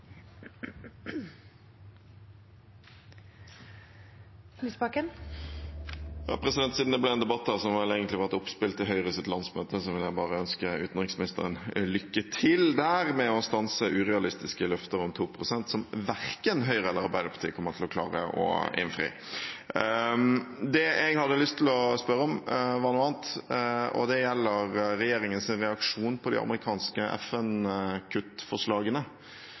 et oppspill til Høyres landsmøte, vil jeg bare ønske utenriksministeren lykke til med å stanse urealistiske løfter om 2 pst. der, som verken Høyre eller Arbeiderpartiet kommer til å klare å innfri. Det jeg hadde lyst til å spørre om, var noe annet. Det gjelder regjeringens reaksjon på de amerikanske